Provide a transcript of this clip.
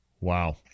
Wow